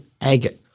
agate